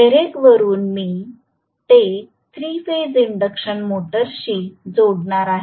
व्हेरिएक्स वरुन मी ते 3 फेज इंडक्शन मोटरशी जोडणार आहे